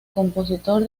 compositor